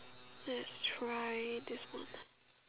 let's try this one